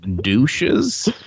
douches